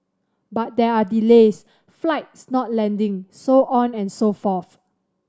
but there are delays flights not landing so on and so forth